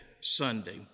Sunday